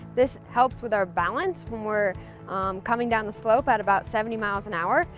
this helps with our balance when we're coming down the slope at about seventy miles an hour.